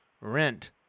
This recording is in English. rent